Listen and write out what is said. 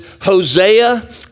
Hosea